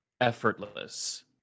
effortless